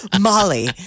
Molly